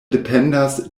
dependas